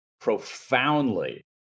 profoundly